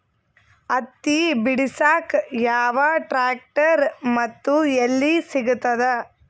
ಹತ್ತಿ ಬಿಡಸಕ್ ಯಾವ ಟ್ರ್ಯಾಕ್ಟರ್ ಮತ್ತು ಎಲ್ಲಿ ಸಿಗತದ?